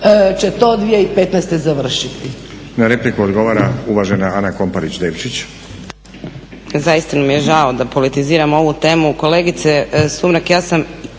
će to 2015. završiti.